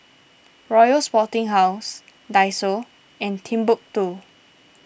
Royal Sporting House Daiso and Timbuk two